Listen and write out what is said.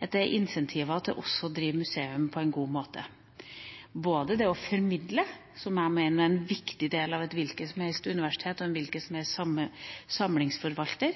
at det også er incentiver til å drive museum på en god måte og til det å formidle, som jeg mener er en viktig del av et hvilket som helst universitet og en hvilken som helst samlingsforvalter.